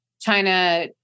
China